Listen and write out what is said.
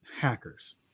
hackers